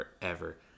forever